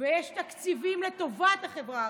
ויש תקציבים לטובת החברה הערבית,